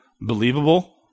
believable